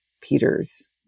Peters